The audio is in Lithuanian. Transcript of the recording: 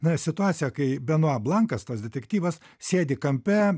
na situacija kai benua blankas tas detektyvas sėdi kampe